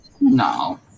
No